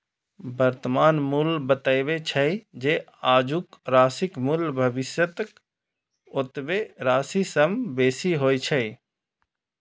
वर्तमान मूल्य बतबै छै, जे आजुक राशिक मूल्य भविष्यक ओतबे राशि सं बेसी होइ छै